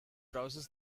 browsers